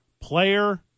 player